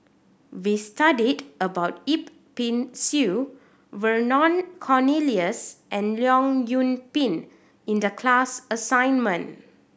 we studied about Yip Pin Xiu Vernon Cornelius and Leong Yoon Pin in the class assignment